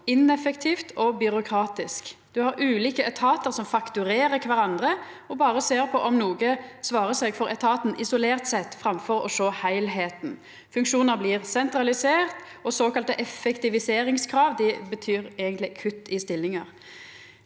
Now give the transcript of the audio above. ineffektivt og byråkratisk. Ein har ulike etatar som fakturerer kvarandre og berre ser på om noko svarar seg for etaten, isolert sett, framfor å sjå heilskapen. Funksjonar blir sentraliserte, og såkalla effektiviseringskrav betyr eigentleg kutt i stillingar.